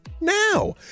now